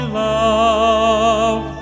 love